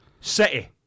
City